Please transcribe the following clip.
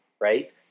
right